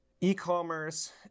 e-commerce